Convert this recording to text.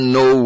no